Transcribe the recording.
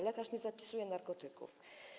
Lekarz nie zapisuje narkotyków.